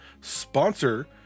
sponsor